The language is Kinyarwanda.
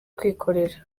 kwikorera